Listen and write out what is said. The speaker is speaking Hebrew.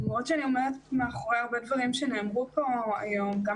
למרות שאני עומדת מאחורי הרבה דברים שנאמרו פה היום גם